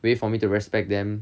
way for me to respect them